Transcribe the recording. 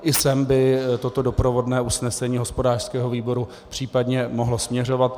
I sem by toto doprovodné usnesení hospodářského výboru případně mohlo směřovat.